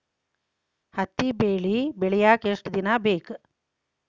ಹತ್ತಿ ಬೆಳಿ ಬೆಳಿಯಾಕ್ ಎಷ್ಟ ದಿನ ಬೇಕ್?